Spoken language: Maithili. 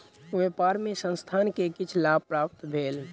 व्यापार मे संस्थान के किछ लाभ प्राप्त भेल